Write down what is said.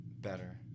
better